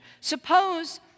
Suppose